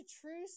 true